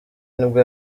nibwo